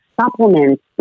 supplements